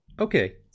Okay